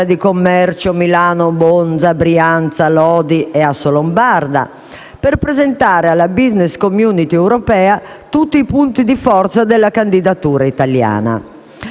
di commercio Milano-Monza-Brianza-Lodi e Assolombarda, per presentare alla *business community* europea tutti i punti di forza della candidatura italiana.